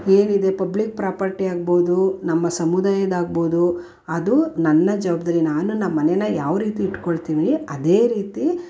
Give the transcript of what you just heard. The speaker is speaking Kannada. ಏನಿದೆ ಪಬ್ಲಿಕ್ ಪ್ರಾಪರ್ಟಿ ಆಗ್ಬೋದು ನಮ್ಮ ಸಮುದಾಯದಾಗ್ಬೋದು ಅದು ನನ್ನ ಜವಾಬ್ದಾರಿ ನಾನು ನಮ್ಮ ಮನೇಯ ಯಾವರೀತಿ ಇಟ್ಕೊಳ್ತೀವಿ ಅದೇ ರೀತಿ